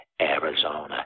Arizona